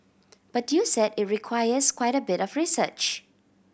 but you said it requires quite a bit of research